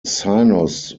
sinus